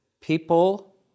people